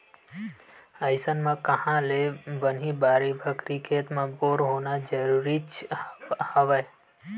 अइसन म काँहा ले बनही बाड़ी बखरी, खेत म बोर होना जरुरीच हवय